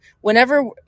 Whenever